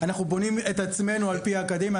אנחנו בונים את עצמנו על פי האקדמיה.